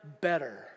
better